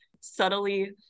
subtly